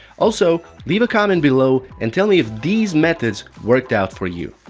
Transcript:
also, leave a comment below and tell me if these methods worked out for you.